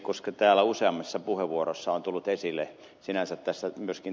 koska täällä useammassa puheenvuorossa on tullut esille myöskin tässä ed